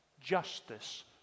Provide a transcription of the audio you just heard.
justice